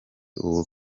uwo